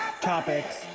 Topics